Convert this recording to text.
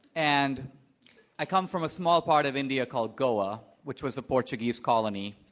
and i come from a small part of india called goa, which was a portuguese colony